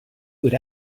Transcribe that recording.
would